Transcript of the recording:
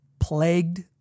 plagued